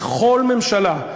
בכל ממשלה,